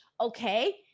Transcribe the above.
okay